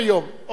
אוקיי.